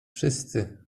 wszyscy